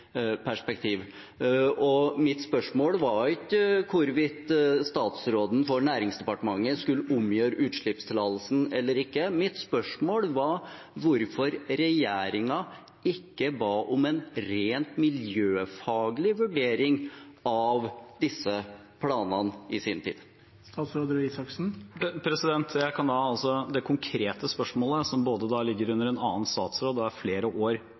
perspektiv. Mitt spørsmål var ikke hvorvidt statsråden for Næringsdepartementet skulle omgjøre utslippstillatelsen eller ikke. Mitt spørsmål var hvorfor regjeringen ikke ba om en rent miljøfaglig vurdering av disse planene i sin tid. Det konkrete spørsmålet, som både ligger under en annen statsråd og går flere år